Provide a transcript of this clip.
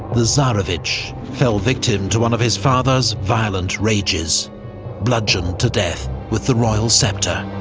the tsarevich, fell victim to one of his father's violent rages bludgeoned to death with the royal sceptre.